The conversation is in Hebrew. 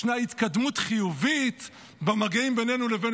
ישנה התקדמות חיובית במגעים בינינו לבין